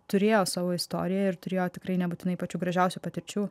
turėjo savo istoriją ir turėjo tikrai nebūtinai pačių gražiausių patirčių